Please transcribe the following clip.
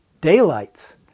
daylights